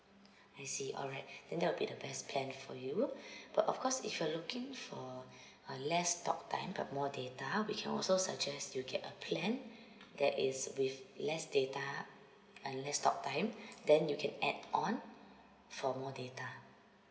I see alright then that'll be the best plan for you but of course if you're looking for uh less talk time but more data we can also suggest you get a plan that is with less data uh less talk time then you can add on for more data